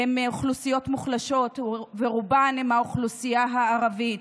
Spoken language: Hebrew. הן מאוכלוסיות מוחלשות ורובן מהאוכלוסייה הערבית,